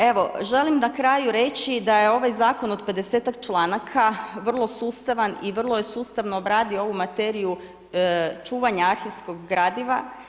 Evo želim na kraju reći da je ovaj zakon od pedesetak članaka vrlo sustavan i vrlo je sustavno obradio ovu materiju čuvanja arhivskog gradiva.